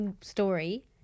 story